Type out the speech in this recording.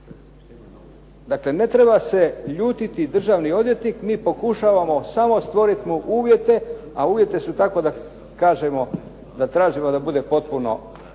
Dakle, ne treba se ljutiti državni odvjetnik, mi pokušavamo samo stvoriti uvjete a uvjeti su tako da kažemo, da tražimo da budemo potpuno